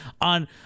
on